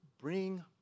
Bring